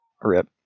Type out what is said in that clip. Rip